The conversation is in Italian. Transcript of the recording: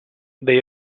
dei